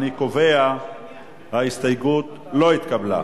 אני קובע שההסתייגות לא התקבלה.